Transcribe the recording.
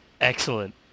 Excellent